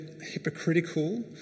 hypocritical